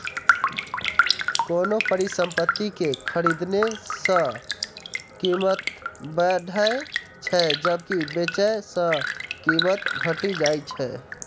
कोनो परिसंपत्ति कें खरीदने सं कीमत बढ़ै छै, जबकि बेचै सं कीमत घटि जाइ छै